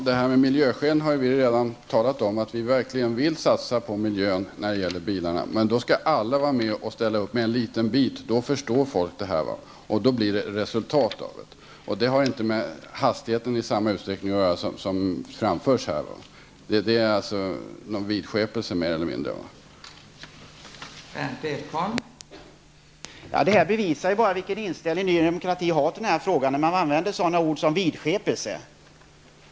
Fru talman! Vi har redan talat om miljöskälen. Vi vill verkligen satsa på miljön när det gäller bilarna. Men då skall alla vara med. Då kan folk förstå situationen, och då blir det resultat. Det här har inte i samma utsträckning som har framförts här med hastigheten att göra. Det är mer eller mindre vidskepelse.